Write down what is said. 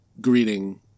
greeting